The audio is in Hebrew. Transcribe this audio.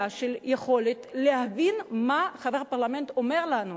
של יכולת להבין מה חבר הפרלמנט אומר לנו.